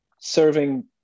serving